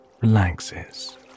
relaxes